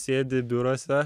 sėdi biuruose